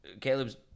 Caleb's